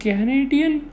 Canadian